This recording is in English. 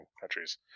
countries